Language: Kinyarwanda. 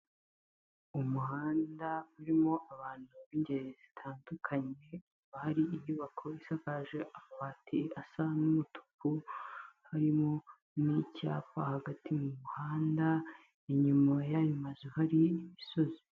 Umuhanda urimo abantu b'ingeri zitandukanye, hakaba bari inyubako isakaje amafati asa n'umutuku, harimo n'icyapa hagati mu muhanda, inyuma y'ayo mazu hari imisozi.